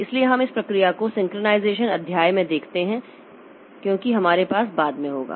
इसलिए हम इस प्रक्रिया को सिंक्रनाइज़ेशन अध्याय में देखते हैं क्योंकि हमारे पास बाद में होगा